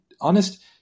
honest